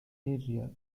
area